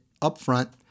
upfront